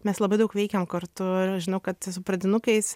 mes labai daug veikiam kartu ir aš žinau kad su pradinukais